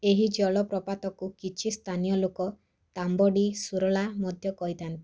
ଏହି ଜଳପ୍ରପାତକୁ କିଛି ସ୍ଥାନୀୟ ଲୋକ ତାମ୍ବଡ଼ି ସୁର୍ଲା ମଧ୍ୟ କହିଥାନ୍ତି